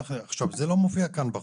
זה לא מופיע כאן בחוק,